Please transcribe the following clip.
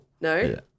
No